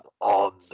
on